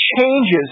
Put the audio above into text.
changes